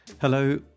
Hello